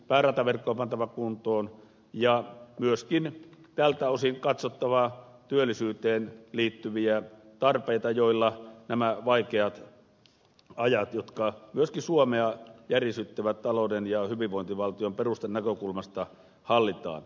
päärataverkko on pantava kuntoon ja myöskin tältä osin katsottava työllisyyteen liittyviä tarpeita joilla nämä vaikeat ajat jotka myöskin suomea järisyttävät talouden ja hyvinvointivaltion perustan näkökulmasta hallitaan